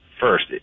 first